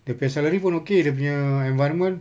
dia punya salary pun okay dia punya environment